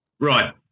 Right